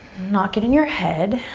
not get in your head,